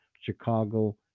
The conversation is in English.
chicago